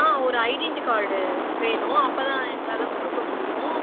ஆ ஒரு identity card வேணும் அப்போதான் எங்களால் கொடுக்க முடியும்